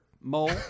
mole